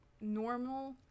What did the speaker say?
normal